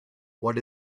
what